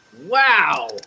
Wow